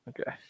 Okay